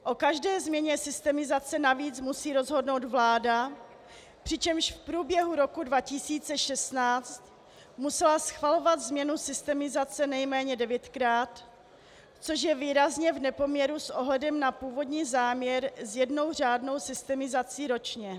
O každé změně systemizace navíc musí rozhodnout vláda, přičemž v průběhu roku 2016 musela schvalovat změnu systemizace nejméně devětkrát, což je výrazně v nepoměru s ohledem na původní záměr s jednou řádnou systemizací ročně.